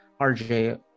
RJ